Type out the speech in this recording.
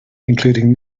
including